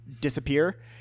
disappear